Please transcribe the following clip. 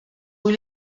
kui